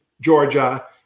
Georgia